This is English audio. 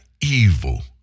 evil